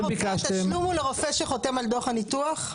התשלום הוא לרופא שחותם על דוח הניתוח,